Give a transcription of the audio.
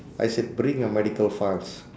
I said bring your medical files